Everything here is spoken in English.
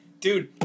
dude